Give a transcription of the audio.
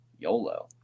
YOLO